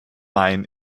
main